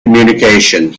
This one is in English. communication